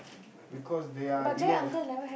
because they are you know